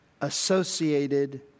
associated